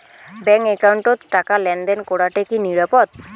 Bank একাউন্টত টাকা লেনদেন করাটা কি নিরাপদ?